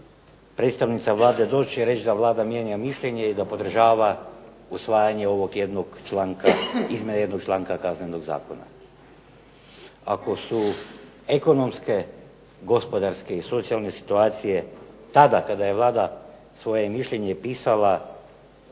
predstavnica Vlade doći i reći da Vlada mijenja mišljenje i da podržava usvajanje izmjene ovog jednog članka Kaznenog zakona. Ako su ekonomske, gospodarske i socijalne situacije tada kada je Vlada svoje mišljenje pisala